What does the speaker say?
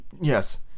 Yes